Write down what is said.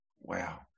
Wow